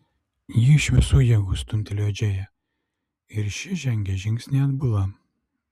ji iš visų jėgų stumtelėjo džėją ir ši žengė žingsnį atbula